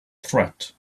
threat